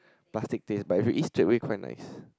plastic taste but if you eat straight away quite nice